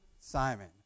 Simon